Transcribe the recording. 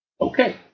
Okay